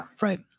Right